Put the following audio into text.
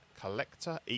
Collector